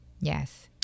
Yes